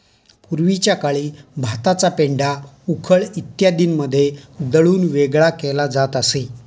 पूर्वीच्या काळी भाताचा पेंढा उखळ इत्यादींमध्ये दळून वेगळा केला जात असे